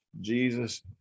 Jesus